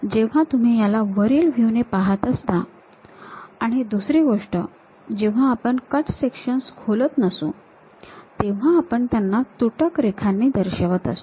जेव्हा तुम्ही याला वरील व्ह्यू ने पाहत असता आणि दुसरी गोष्ट जेव्हा आपण कट सेक्शन्स खोलत नसू तेव्हा आपण त्यांना तुटक रेखांनी दर्शवत असतो